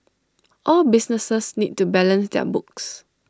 all businesses need to balance their books